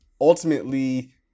ultimately